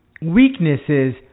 weaknesses